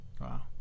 wow